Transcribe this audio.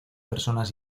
personas